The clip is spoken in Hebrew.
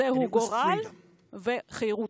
את התשובה: זו הייתה אמונה וזו הייתה חירות.